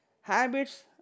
habits